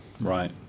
Right